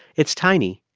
it's tiny,